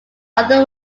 other